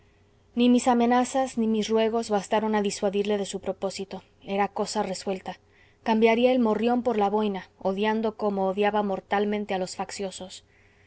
ni mis amenazas ni mis ruegos bastaron a disuadirle de su propósito era cosa resuelta cambiaría el morrión por la boina odiando como odiaba mortalmente a los facciosos